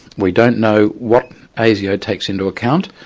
we don't know what asio takes into account,